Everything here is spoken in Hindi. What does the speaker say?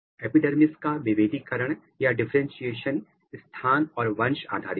एपिडर्मिस का विभेदीकरण या डिफरेंटशिएशन स्थान और वंश आधारित है